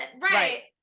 Right